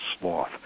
sloth